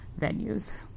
venues